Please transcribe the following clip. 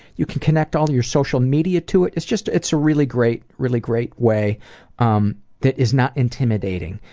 you can connect all your social media to it. it's just it's a really great, really great way um that is not intimidating.